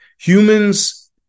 humans